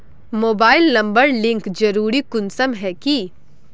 Mobile number link जरुरी कुंसम है की?